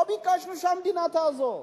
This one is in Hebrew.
לא ביקשנו שהמדינה תעזור.